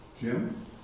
Jim